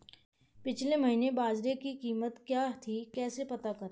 पिछले महीने बाजरे की कीमत क्या थी कैसे पता करें?